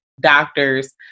doctors